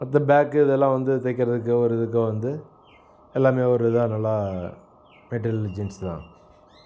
மற்ற பேக்கு இதெலாம் வந்து தைக்கிறதுக்கு ஒரு இதுக்கு வந்து எல்லாமே ஒரு இதாக நல்லா மெட்டீரியல் ஜீன்ஸ் தான்